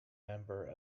member